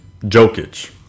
Jokic